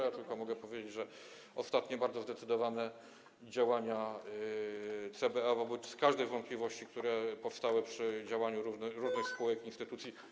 Mogę tylko powiedzieć, że ostatnie bardzo zdecydowane działania CBA wobec każdej z wątpliwości, które powstały przy działaniu różnych spółek, instytucji.